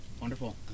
Wonderful